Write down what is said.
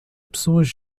pessoas